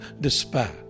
despair